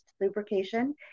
lubrication